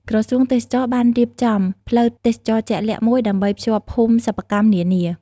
ក្រសួងទេសចរណ៍បានរៀបចំ ផ្លូវទេសចរណ៍ ជាក់លាក់មួយដើម្បីភ្ជាប់ភូមិសិប្បកម្មនានា។